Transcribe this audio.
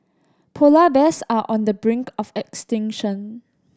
polar bears are on the brink of extinction